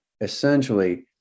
essentially